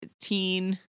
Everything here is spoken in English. teen